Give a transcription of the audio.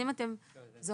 אם אתם זוכרים,